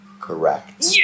Correct